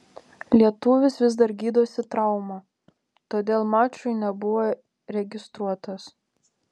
lietuvis vis dar gydosi traumą todėl mačui nebuvo registruotas